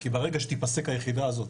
כי ברגע שתיפסק היחידה הזאת,